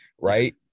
right